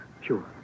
Sure